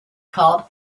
called